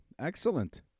excellent